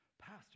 pastor